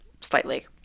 Slightly